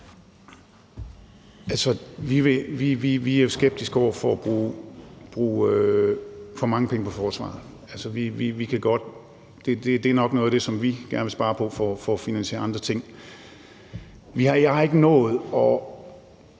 Vi er jo skeptiske over for at bruge på for mange penge på forsvaret. Altså, det er nok noget af det, som vi gerne vil spare på for at finansiere andre ting. Jeg har ikke nået at